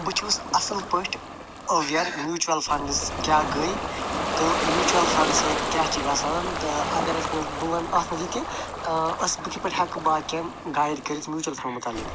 بہٕ چھُس اصٕل پٲٹھۍ أویَر میوٗچول فنٛڈٕز کیٛاہ گٔے تہٕ میوٗچول فنٛڈ سۭتۍ کیٛاہ چھِ گژھان تہٕ اگر أسۍ منٛز بہٕ ونہٕ اتھ منٛز یہِ تہِ أسۍ بہٕ کِتھ پٲٹھی ہٮ۪کہٕ باقیَن گایِڈ کٔرتھ میوٗچول فنٛڈ متعلِق